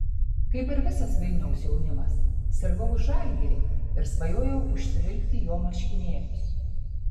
kaip ir visas vilniaus jaunimas sirgau už žalgirį ir svajojau užsivilkti jo marškinėlius